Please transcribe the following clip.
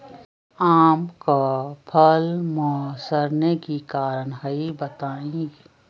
आम क फल म सरने कि कारण हई बताई?